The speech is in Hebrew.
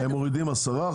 הם מורידים 10%,